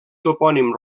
topònim